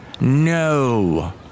No